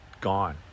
gone